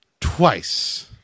Twice